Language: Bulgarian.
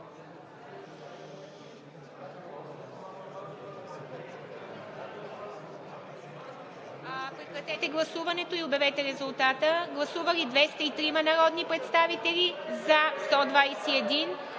прекратете гласуването и обявете резултата. Гласували 189 народни представители: за 189,